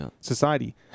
society